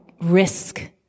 risk